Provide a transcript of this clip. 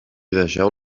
deixeu